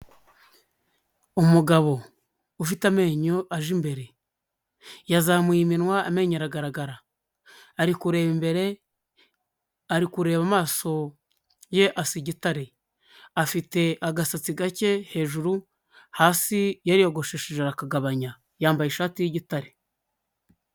Umugabo ufite amenyo aje imbere, yazamuye iminwa amenyo aragaragara. Ari kureba imbere, ari kureba amaso ye asa igatare, afite agasatsi gake hejuru hasi yariyogosheshe arakagabanya, yambaye ishati y'igitare.